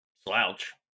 slouch